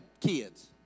kids